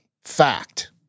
fact